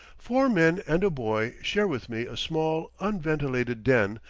four men and a boy share with me a small, unventilated den,